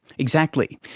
exactly,